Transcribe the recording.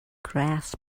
grass